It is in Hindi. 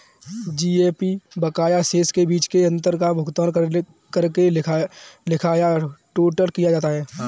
जी.ए.पी बकाया शेष के बीच शेष अंतर का भुगतान करके लिखा या टोटल किया जाता है